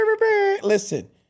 Listen